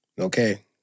Okay